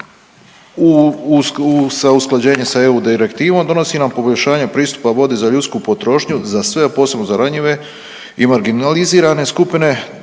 usklađenjem sa EU direktivom donosi nam poboljšanje pristupa vodi za ljudsku potrošnju za sve, a posebno za ranjive i marginalizirane skupine,